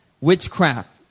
witchcraft